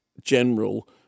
general